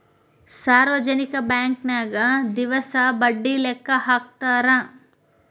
ಸಾರ್ವಜನಿಕ ಬಾಂಕನ್ಯಾಗ ದಿವಸ ಬಡ್ಡಿ ಲೆಕ್ಕಾ ಹಾಕ್ತಾರಾ